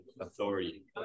Authority